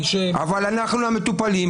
מי --- אבל אנחנו המטופלים,